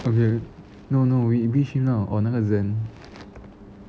okay no no we wish him now or 那个 zen